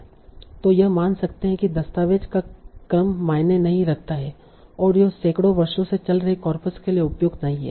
तो यह मान सकते है कि दस्तावेज़ का क्रम मायने नहीं रखता है और यह सैकड़ों वर्षों से चल रहे कॉर्पस के लिए उपयुक्त नहीं है